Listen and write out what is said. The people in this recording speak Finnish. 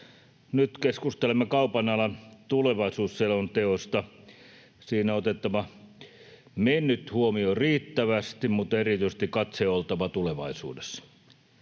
Nyt keskustelemme kaupan alan tulevaisuusselonteosta. Siinä on otettava mennyt huomioon riittävästi mutta erityisesti katseen on oltava tulevaisuudessa.